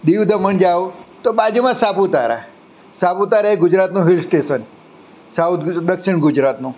દીવ દમણ જાઓ તો બાજુમાં જ સાપુતારા સાપુતારા એ ગુજરાતનું હિલ સ્ટેશન સાઉથ દક્ષિણ ગુજરાતનું